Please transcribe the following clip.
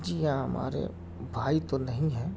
جی ہاں ہمارے بھائی تو نہیں ہیں